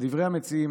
לדברי המציעים,